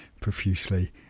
profusely